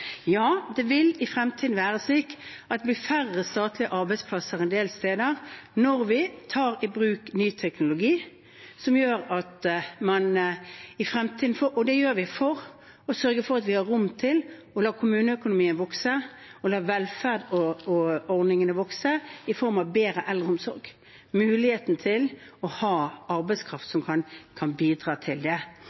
Ja, det vil i fremtiden være slik at det blir færre statlige arbeidsplasser en del steder når vi tar i bruk ny teknologi. Det gjør vi for å sørge for at vi har rom til å la kommuneøkonomien vokse og la velferdsordningene, i form av bedre eldreomsorg, vokse, og muligheten til å ha arbeidskraft som kan bidra til det.